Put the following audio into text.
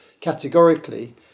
categorically